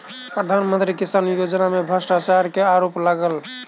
प्रधान मंत्री किसान योजना में भ्रष्टाचार के आरोप लागल